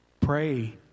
Pray